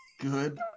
Good